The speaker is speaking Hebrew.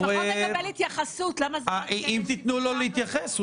לפחות לקבל התייחסות למה זה --- אם תתנו לו להתייחס,